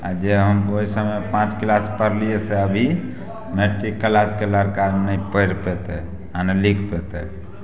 आ जे हम ओइ समयमे पाँच क्लास पढ़लियै से अभी क्लासके लड़का नहि पढ़ि पेतै आओर नहि लिख पेतै